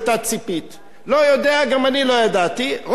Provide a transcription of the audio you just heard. לא יודע, גם אני לא ידעתי, רוב האנשים לא יודעים.